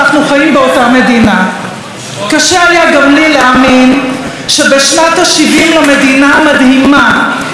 קשה היה גם לי להאמין שבשנת ה-70 למדינה המדהימה שנבנתה כאן,